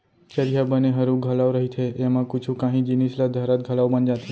चरिहा बने हरू घलौ रहिथे, एमा कुछु कांही जिनिस ल धरत घलौ बन जाथे